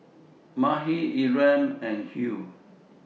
Makhi Ephram and Hugh